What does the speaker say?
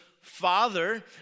Father